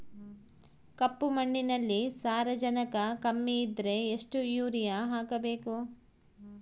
ಕಪ್ಪು ಮಣ್ಣಿನಲ್ಲಿ ಸಾರಜನಕ ಕಮ್ಮಿ ಇದ್ದರೆ ಎಷ್ಟು ಯೂರಿಯಾ ಹಾಕಬೇಕು?